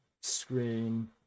screen